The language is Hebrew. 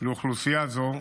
לאוכלוסייה זו,